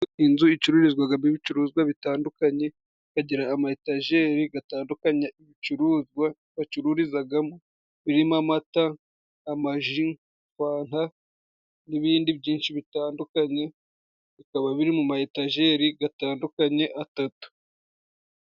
Inzu icururizwagamo ibicuruzwa bitandukanye, ikagira amayetajeri gatandukanye gacuruzwa, bacururizagamo, birimo amata, amaji, fanta n'ibindi byinshi bitandukanye, bikaba biri mu mayetajeri gatandukanye atatu.